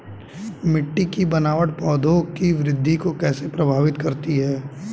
मिट्टी की बनावट पौधों की वृद्धि को कैसे प्रभावित करती है?